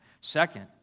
Second